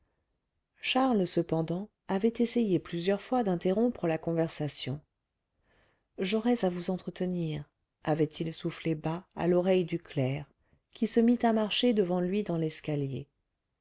charles cependant avait essayé plusieurs fois d'interrompre la conversation j'aurais à vous entretenir avait-il soufflé bas à l'oreille du clerc qui se mit à marcher devant lui dans l'escalier